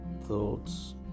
thoughts